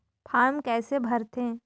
Form कइसे भरते?